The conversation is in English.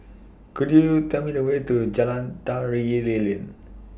Could YOU Tell Me The Way to Jalan Tari Lilin